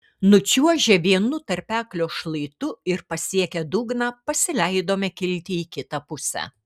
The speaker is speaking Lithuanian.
nučiuožę vienu tarpeklio šlaitu ir pasiekę dugną pasileidome kilti į kitą pusę